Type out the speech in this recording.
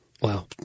Wow